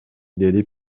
деди